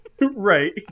Right